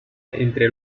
entre